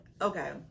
Okay